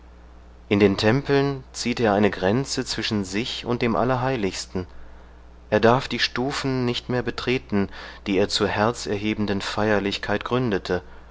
in den tempeln zieht er eine grenze zwischen sich und dem allerheiligsten er darf die stufen nicht mehr betreten die er zur herzerhebenden feierlichkeit gründete